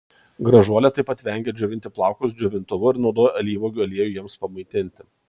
gražuolė taip pat vengia džiovinti plaukus džiovintuvu ir naudoja alyvuogių aliejų jiems pamaitinti